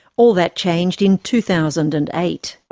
all that changed in two thousand and eight.